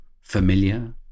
familiar